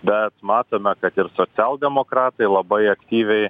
bet matome kad ir socialdemokratai labai aktyviai